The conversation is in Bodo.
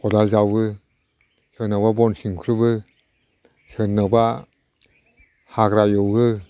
खदाल जावो सोरनावबा बन सिनख्रुबो सोरनावबा हाग्रा एवो